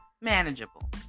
manageable